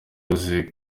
music